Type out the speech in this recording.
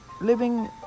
living